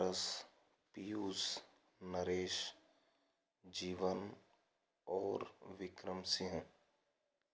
पारस पियूष नरेश जीवन और विक्रम सिंह